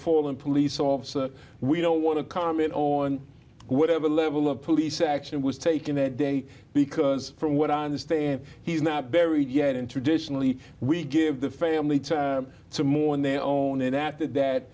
fall and police officer we don't want to comment on whatever level of police action was taken that day because from what i understand he's not buried yet and traditionally we give the family to mourn their own and after that